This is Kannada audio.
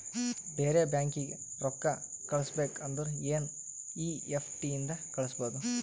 ಬೇರೆ ಬ್ಯಾಂಕೀಗಿ ರೊಕ್ಕಾ ಕಳಸ್ಬೇಕ್ ಅಂದುರ್ ಎನ್ ಈ ಎಫ್ ಟಿ ಇಂದ ಕಳುಸ್ಬೋದು